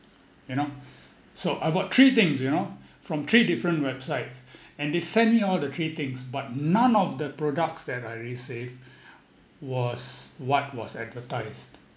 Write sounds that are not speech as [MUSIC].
you know so I bought three things you know from three different websites and they sent me all the three things but none of the products that I received [BREATH] was what was advertised